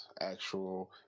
actual